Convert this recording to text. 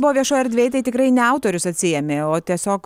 buvo viešoj erdvėj tai tikrai ne autorius atsiėmė o tiesiog